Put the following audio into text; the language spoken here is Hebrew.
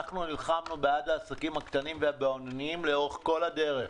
אנחנו נלחמנו בעד העסקים הקטנים והבינוניים לאורך כל הדרך.